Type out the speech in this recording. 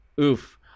oof